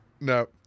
no